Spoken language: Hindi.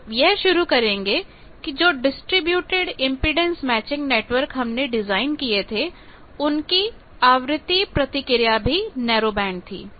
हम यह शुरू करेंगे कि जो डिस्ट्रिब्यूटेड इंपेडेंस मैचिंग नेटवर्क हमने डिजाइन किए थे उनकी आवृत्ति प्रतिक्रिया भी नैरो बैंड थी